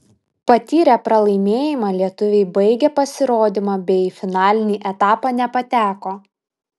patyrę pralaimėjimą lietuviai baigė pasirodymą bei į finalinį etapą nepateko